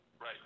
right